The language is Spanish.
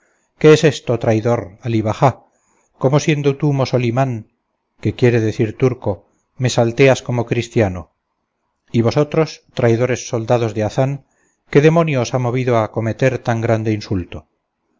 qué es esto traidor alí bajá cómo siendo tú mosolimán que quiere decir turco me salteas como cristiano y vosotros traidores soldados de hazán qué demonio os ha movido a acometer tan grande insulto